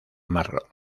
marrón